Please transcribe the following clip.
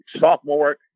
sophomore